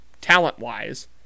talent-wise